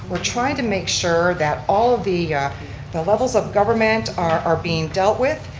we're trying to make sure that all of the the levels of government are being dealt with.